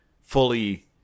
fully